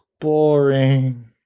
Boring